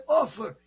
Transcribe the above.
offer